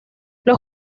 los